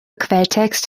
quelltext